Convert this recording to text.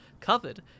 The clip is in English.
Covered